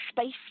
space